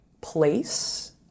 place